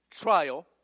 trial